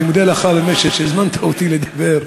אני מודה לך באמת שהזמנת אותי לדבר.